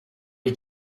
did